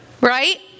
right